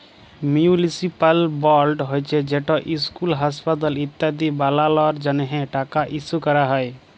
municipal board হছে যেট school, হাঁসপাতাল ইত্যাদি বালালর জ্যনহে টাকা ইস্যু ক্যরা হ্যয়